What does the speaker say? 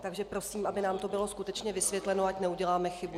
Takže prosím, aby nám to bylo skutečně vysvětleno, ať neuděláme chybu.